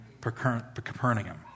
Capernaum